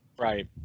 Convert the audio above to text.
Right